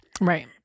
right